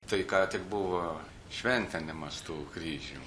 tai ką tik buvo šventinimas tų kryžių